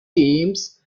teams